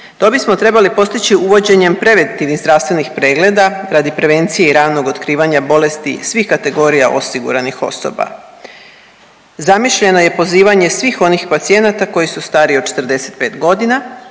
To bismo trebali postići uvođenjem preventivnih zdravstvenih pregleda radi prevencije i ranog otkrivanja bolesti svih kategorija osiguranih osoba. Zamišljeno je pozivanje svih onih pacijenata koji su stariji od 45 godina,